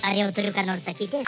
ar jau ką nors sakyti